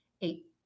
eight